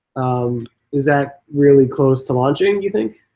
is that really close to launching, you think?